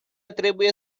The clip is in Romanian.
trebuie